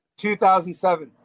2007